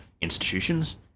institutions